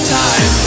time